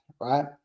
right